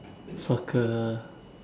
soccer